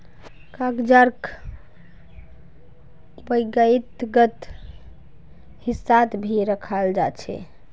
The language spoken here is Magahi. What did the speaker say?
कर्जाक व्यक्तिगत हिस्सात भी रखाल जा छे